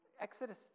Exodus